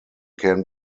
can